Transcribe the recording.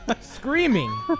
Screaming